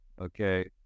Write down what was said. Okay